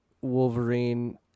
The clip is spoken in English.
Wolverine